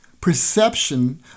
perception